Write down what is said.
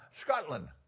Scotland